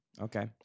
Okay